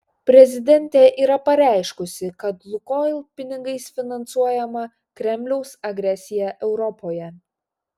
prezidentė yra pareiškusi kad lukoil pinigais finansuojama kremliaus agresija europoje